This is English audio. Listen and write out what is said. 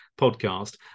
podcast